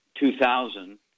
2,000